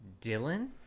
Dylan